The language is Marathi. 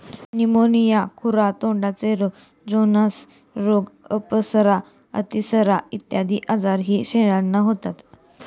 न्यूमोनिया, खुरा तोंडाचे रोग, जोन्स रोग, अपरा, अतिसार इत्यादी आजारही शेळ्यांना होतात